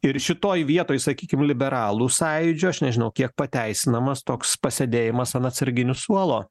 ir šitoj vietoj sakykim liberalų sąjūdžio aš nežinau kiek pateisinamas toks pasėdėjimas ant atsarginių suolo